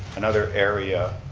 another area